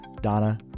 Donna